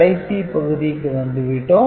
கடைசி பகுதிக்கு வந்துவிட்டோம்